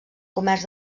comerç